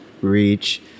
reach